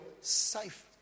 safe